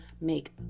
make